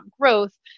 growth